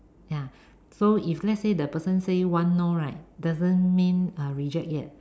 ya so if let's say the person say one no right doesn't mean uh reject yet